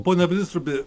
pone blinstrubi